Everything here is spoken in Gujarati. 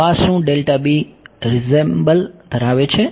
તો આ શું રીસેમ્બલ ધરાવે છે